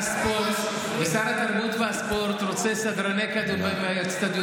שר התרבות והספורט רוצה באצטדיונים,